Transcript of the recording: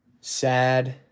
Sad